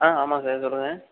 ஆ ஆமாம் சார் சொல்லுங்கள்